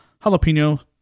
jalapeno